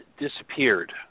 disappeared